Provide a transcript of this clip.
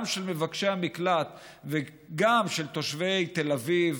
גם של מבקשי המקלט וגם של תושבי תל אביב,